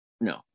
no